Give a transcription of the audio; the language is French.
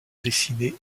dessinée